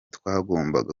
twagombaga